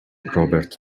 robert